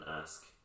ask